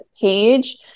PAGE